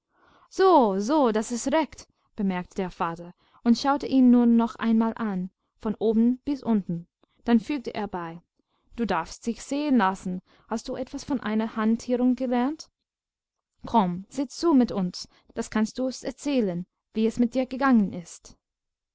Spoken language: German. so so das ist recht bemerkte der vater und schaute ihn nun noch einmal an von oben bis unten dann fügte er bei du darfst dich sehen lassen hast du etwas von einer hantierung gelernt komm sitz zu mit uns da kannst du's erzählen wie es mit dir gegangen ist